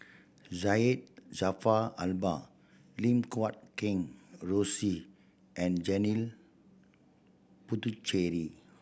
Syed Jaafar Albar Lim Guat Kheng Rosie and Janil Puthucheary